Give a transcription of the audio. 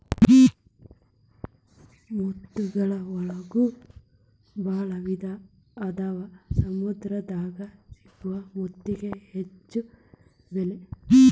ಮುತ್ತುಗಳ ಒಳಗು ಭಾಳ ವಿಧಾ ಅದಾವ ಸಮುದ್ರ ದಾಗ ಸಿಗು ಮುತ್ತಿಗೆ ಹೆಚ್ಚ ಬೆಲಿ